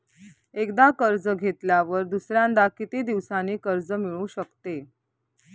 एकदा कर्ज घेतल्यावर दुसऱ्यांदा किती दिवसांनी कर्ज मिळू शकते?